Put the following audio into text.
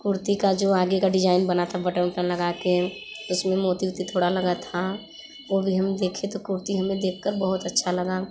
कुर्ती का जो आगे का डिजाइन बना था बटन उटन लगा के उसमें मोती उती थोड़ा लगा था वो भी हम देखे तो कुर्ती हमें देख कर बहुत अच्छा लगा